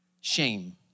Shame